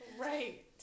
Right